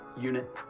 unit